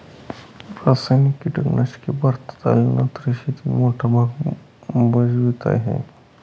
रासायनिक कीटनाशके भारतात आल्यानंतर शेतीत मोठा भाग भजवीत आहे